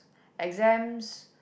exams